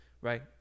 right